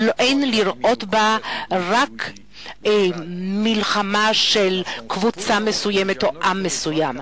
אין לראות בה רק מלחמה של קבוצה מסוימת או עם מסוים.